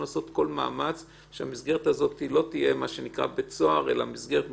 לעשות כל מאמץ שהמסגרת הזאת לא תהיה בית סוהר אלא מסגרת מכובדת.